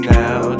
now